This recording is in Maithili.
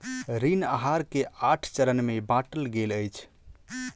ऋण आहार के आठ चरण में बाटल गेल अछि